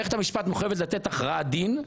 מערכת המשפט מחויבת לתת הכרעת דין.